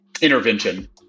intervention